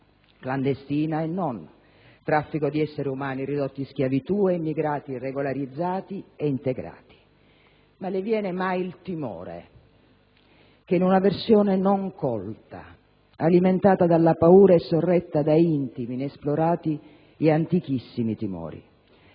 clandestina e non, traffico di esseri umani ridotti in schiavitù e immigrati regolarizzati e integrati, ma le viene mai il timore che in una versione non colta, alimentata dalla paura e sorretta da intimi, inesplorati e antichissimi timori